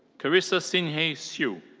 carissa sinhei siu.